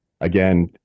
Again